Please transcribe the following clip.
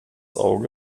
auge